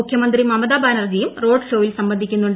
മുഖ്യമന്ത്രി മമത ബാനർജിയും റോഡ് ഷോയിൽ സംബന്ധിക്കുന്നുണ്ട്